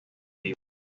vivo